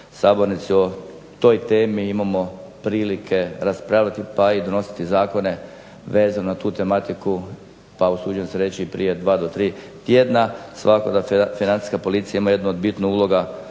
sabornici o toj temi imamo prilike raspravljati pa i donositi zakone vezano na tu tematiku pa usuđujem se reći prije dva do tri tjedna. Svakako da Financijska policija ima jednu od bitnih uloga